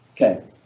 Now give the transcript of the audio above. Okay